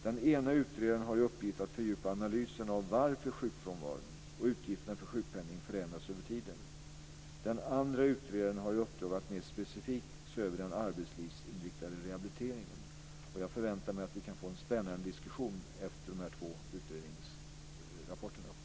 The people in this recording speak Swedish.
Den ena utredaren har i uppgift att fördjupa analysen av varför sjukfrånvaron och utgifterna för sjukpenning förändras över tiden. Den andra utredaren har i uppdrag att mer specifikt se över den arbetslivsinriktade rehabiliteringen. Jag förväntar mig att vi kan få en spännande diskussion efter de här två utredningsrapporterna.